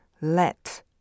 let